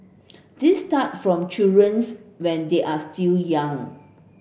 this start from children's when they are still young